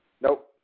Nope